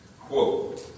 Quote